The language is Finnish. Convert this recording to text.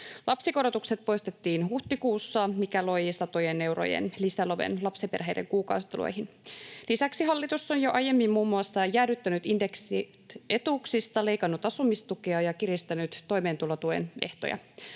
Lapsikorotukset poistettiin huhtikuussa, mikä loi satojen eurojen lisäloven lapsiperheiden kuukausituloihin. Lisäksi hallitus on jo aiemmin muun muassa jäädyttänyt indeksit etuuksista, leikannut asumistukea ja kiristänyt toimeentulotuen ehtoja.